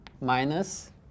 minus